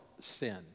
sin